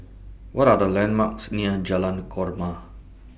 What Are The landmarks near Jalan Korma